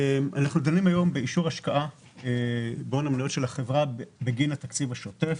אנחנו דנים היום באישור השקעה בהון המניות של החברה בגין התקציב השוטף.